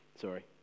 sorry